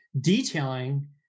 detailing